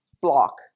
block